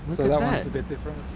so that one's a bit different.